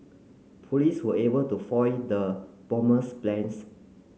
police were able to foil the bomber's plans